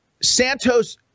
Santos